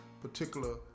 particular